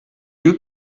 you